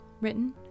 written